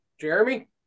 Jeremy